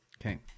Okay